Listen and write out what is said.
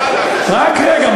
רק רגע,